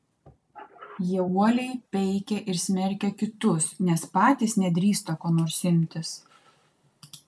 jie uoliai peikia ir smerkia kitus nes patys nedrįsta ko nors imtis